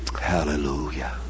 Hallelujah